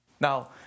Now